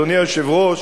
אדוני היושב-ראש,